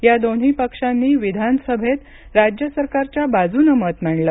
या दोन्ही पक्षांनी विधानसभेत राज्य सरकारच्या बाजूनं मत मांडलं